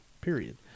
Period